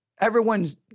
everyone's